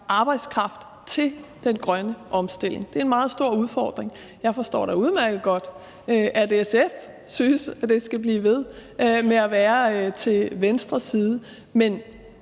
arbejdskraft til den grønne omstilling. Det er en meget stor udfordring. Jeg forstår da udmærket godt, at SF synes, det skal blive ved med at være til venstre side. Men